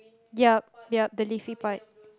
yup yup the leafy part